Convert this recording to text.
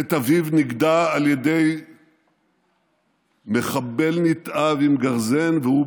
את אביו נגדע על ידי מחבל נתעב עם גרזן והוא